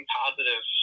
positive